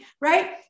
right